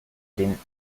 den